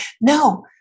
No